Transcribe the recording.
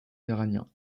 iraniens